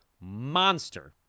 monster